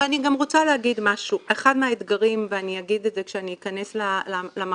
ואני גם רוצה להגיד משהו ואני אגיד את זה כשאני אכנס למחלקות,